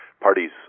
parties